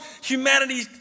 humanity